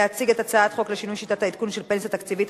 להציג את הצעת חוק לשינוי שיטת העדכון של פנסיה תקציבית,